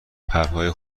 پرهای